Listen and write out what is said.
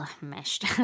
meshed